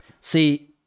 See